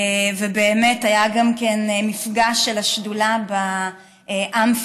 ובאמת היה גם מפגש של השדולה באמפי,